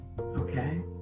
Okay